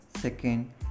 Second